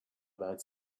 about